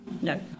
No